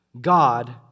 God